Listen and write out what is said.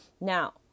Now